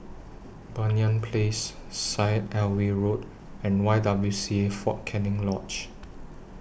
Banyan Place Syed Alwi Road and Y W C A Fort Canning Lodge